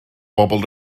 bobl